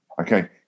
Okay